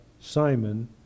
Simon